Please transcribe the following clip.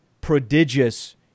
prodigious